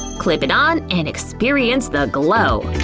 clip it on and experience the glow!